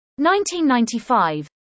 1995